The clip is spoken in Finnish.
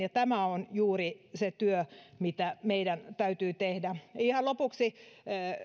tämä on juuri se työ mitä meidän täytyy tehdä ihan lopuksi